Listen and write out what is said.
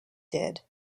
did